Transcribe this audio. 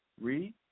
Read